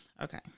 okay